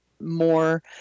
more